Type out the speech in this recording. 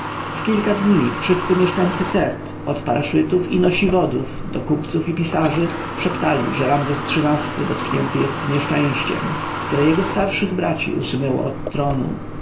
w kilka dni wszyscy mieszkańcy teb od paraszytów i nosiwodów do kupców i pisarzy szeptali że ramzes xiii-ty dotknięty jest nieszczęściem które jego starszych braci usunęło od tronu